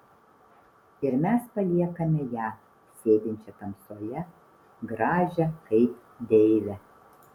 ir mes paliekame ją sėdinčią tamsoje gražią kaip deivę